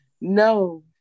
No